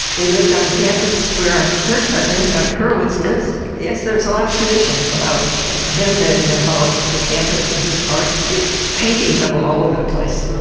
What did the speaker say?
they lived on campus where our current president, dr horowitz lives yes, there's a lot of tradition about him and about the campus and his part you have paintings of him all over the place.